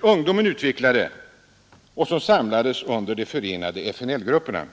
ungdomen utvecklade och som samlades i De förenade FNL-grupperna.